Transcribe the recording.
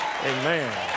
Amen